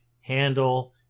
handle